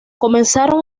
comenzaron